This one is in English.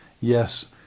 yes